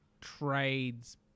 trades